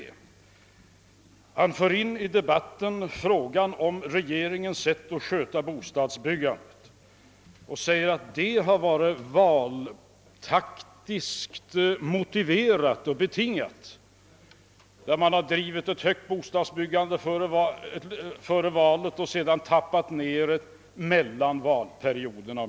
Herr Wedén för i debatten in frågan om regeringens sätt att sköta bostadsbyggandet. Han hävdar — om jag fattade honom rätt — att vi av valtaktiska skäl drivit ett högt bostadsbyggande före valet för att sedan minska detta mellan valperioderna.